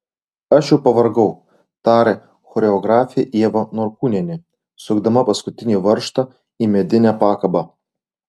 aš jau pavargau tarė choreografė ieva norkūnienė sukdama paskutinį varžtą į medinę pakabą